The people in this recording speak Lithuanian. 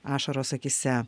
ašaros akyse